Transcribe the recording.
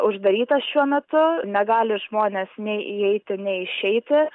uždarytas šiuo metu negali žmonės nei įeiti nei išeiti